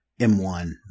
M1